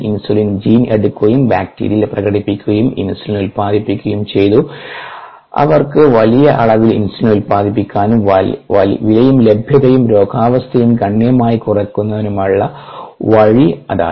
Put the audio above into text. insulin gene എടുക്കുകയും ബാക്ടീരിയയിൽ പ്രകടിപ്പിക്കുകയും ഇൻസുലിൻ ഉത്പാദിപ്പിക്കുകയും ചെയ്തു അവർക്ക് വലിയ അളവിൽ ഇൻസുലിൻ ഉൽപാദിപ്പിക്കാനും വിലയും ലഭ്യതയും രോഗാവസ്ഥയും ഗണ്യമായി കുറയ്ക്കാനുമുള്ള വഴി അതായിരുന്നു